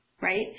right